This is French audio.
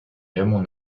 raymond